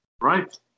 Right